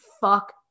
Fuck